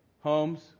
homes